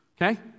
Okay